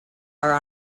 are